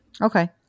Okay